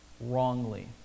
wrongly